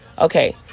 okay